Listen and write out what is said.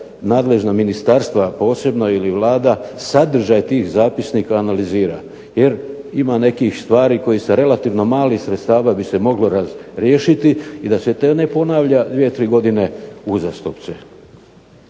nadležna ministarstva posebno ili Vlada sadržaj tih zapisnika analizira, jer ima nekih stvari koje sa relativno malih sredstava bi se moglo razriješiti i da se to ne ponavlja dvije tri godine uzastopce.